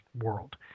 world